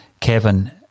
Kevin